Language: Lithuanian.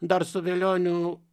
dar su velioniu